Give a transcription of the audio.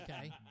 Okay